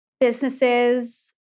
businesses